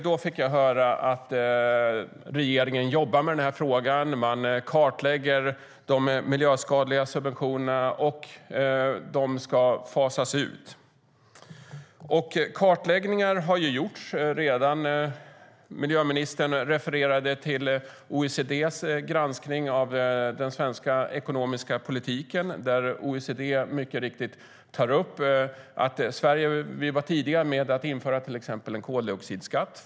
Då fick jag höra att regeringen jobbade med frågan. Man kartlade de miljöskadliga subventionerna, och de skulle fasas ut. Kartläggningar har gjorts. Miljöministern refererade till OECD:s granskning av den svenska ekonomiska politiken och att OECD mycket riktigt tar upp att Sverige var tidigt, först i världen, med att införa till exempel en koldioxidskatt.